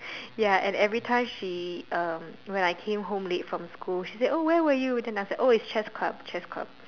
ya and every time she um when I came home late from school she said oh where were you and then oh after that it's chess club chess club